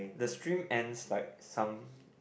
the stream ends like some